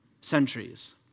centuries